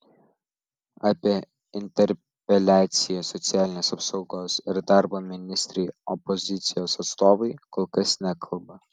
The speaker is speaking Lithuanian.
apie interpeliaciją socialinės apsaugos ir darbo ministrei opozicijos atstovai kol kas nekalba